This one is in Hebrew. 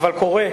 אבל קורה,